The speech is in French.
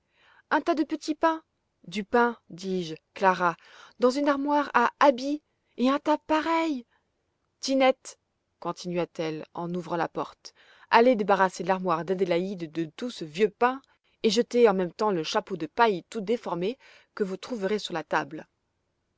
un tas de petits pains du pain dis-je clara dans une armoire à habits et un tas pareil tinette continua-t-elle en ouvrant la porte allez débarrasser l'armoire d'adélaïde de tout ce vieux pain et jetez en même temps le chapeau de paille tout déformé que vous trouverez sur la table